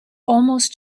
almost